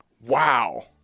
Wow